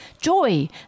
joy